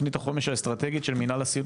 תוכנית החומש האסטרטגית של מנהל הסיעוד,